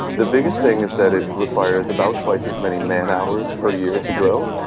the biggest thing is that it requires about twice as many man-hours per year to grow,